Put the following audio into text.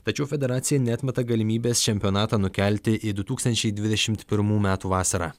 tačiau federacija neatmeta galimybės čempionatą nukelti į du tūkstančiai dvidešimt pirmų metų vasarą